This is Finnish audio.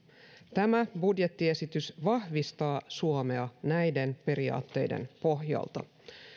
tämä budjettiesitys vahvistaa suomea näiden periaatteiden pohjalta